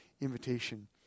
invitation